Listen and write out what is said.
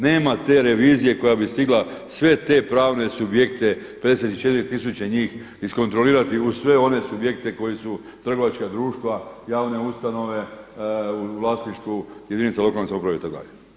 Nema te revizije koja bi stigla sve te pravne subjekte 54 tisuće njih iskontrolirati uz sve one subjekte koji su trgovačka društva, javne ustanove u vlasništvu jedinica lokalne samouprave itd.